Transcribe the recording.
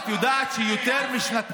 את יודעת שיותר,